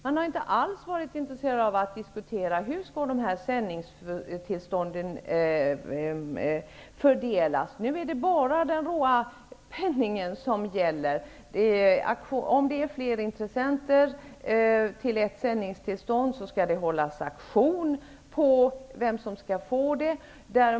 Det har inte alls funnits något intresse av att diskutera hur dessa sändningstillstånd skall fördelas. Nu är det bara den råa penningen som gäller -- om det finns flera som är intresserade av ett sändningstillstånd skall det hållas auktion för att avgöra vem som skall få det.